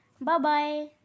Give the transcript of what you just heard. Bye-bye